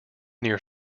near